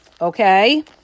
Okay